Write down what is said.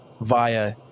via